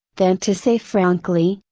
than to say frankly,